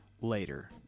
later